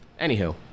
Anywho